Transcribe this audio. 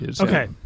Okay